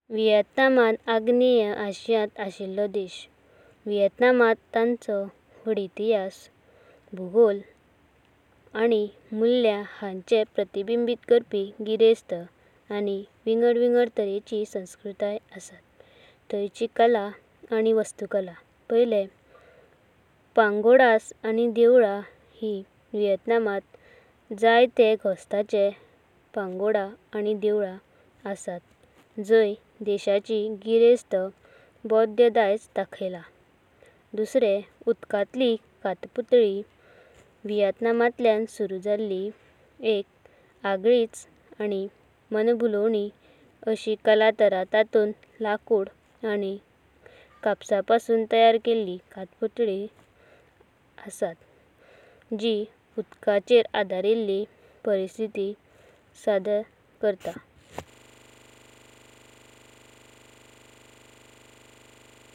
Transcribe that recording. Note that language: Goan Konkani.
वियेतनाम! अग्नेय आशियांत आशील्लो देश वियेतनामांत तांचो वड इतिहास। भौगोलिक आनी मुल्यां हांचें प्रतिबिंबित करापी गिरेश्ता आनी विंगडा विंगडा प्रकाराची संस्कृता आसा। थयाची कला आनी वस्तुकला। पगोडा आनी देवालां वियेतनामांत जायंतें गोष्ठाचें पगोडा आनी देवालां असात। जण्या देशाचें गिरेश्ता बौद्ध दयाजां दाखयालां। उदकांतळी कथापुतळी वियेतनामांतळ्यान सुरू जाळी एका आगळीच आनी मणभुळोवणीक कला तऱी। तांतूनत लांकूड आनी कपडापासून तयार केलेल्यां कथापुतळीं असतातां। जीं उदकाचेरां आदरिल्लीं परिस्थितींता सदरा करतातां।